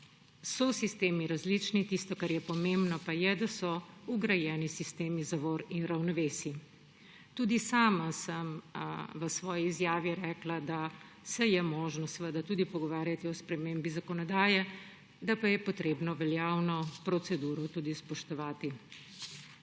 sistemi so različni, tisto, kar je pomembno, pa je, da so vgrajeni sistemi zavor in ravnovesij. Tudi sama sem v svoji izjavi rekla, da se je seveda možno pogovarjati tudi o spremembi zakonodaje, da pa je potrebno veljavno proceduro tudi spoštovati.